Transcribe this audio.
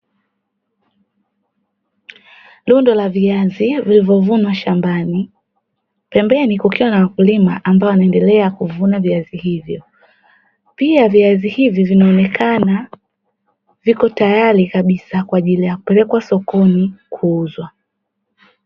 Rundo la viazi vilivyovunwa shambani, pembeni kukiwa na wakulima ambao wanaendelea kuvuna viazi hivyo. Pia viazi hivi vinaonekana viko tayari kabisa kwa ajili ya kupelekwa sokoni kuuzwa.